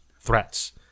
threats